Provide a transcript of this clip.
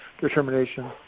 determination